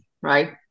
right